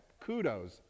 Kudos